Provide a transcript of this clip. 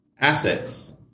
assets